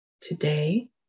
today